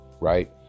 Right